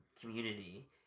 community